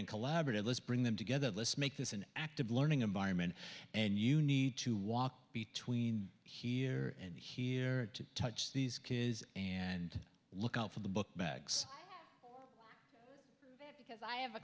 and collaborative let's bring them together this make this an active learning environment and you need to walk between here and here to touch these kids and look out for the book bags because i have a